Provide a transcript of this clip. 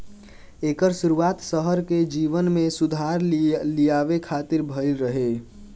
एकर शुरुआत शहर के जीवन में सुधार लियावे खातिर भइल रहे